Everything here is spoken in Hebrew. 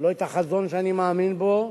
לא את החזון שאני מאמין בו,